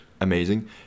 amazing